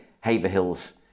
Haverhill's